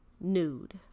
nude